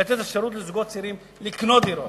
לתת אפשרות לזוגות צעירים לקנות דירות.